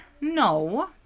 No